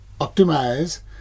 optimize